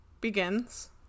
begins